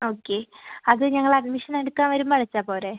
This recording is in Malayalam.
ഓക്കെ അത് ഞങ്ങൾ അഡ്മിഷൻ എടുക്കാൻ വരുമ്പോൾ അടച്ചാൽ പോരെ